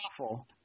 awful